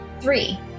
Three